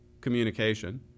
communication